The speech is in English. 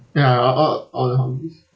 ya like all all of these